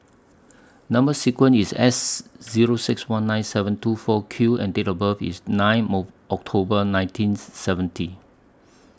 Number sequence IS S Zero six one nine seven two four Q and Date of birth IS nine October nineteen seventy